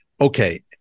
okay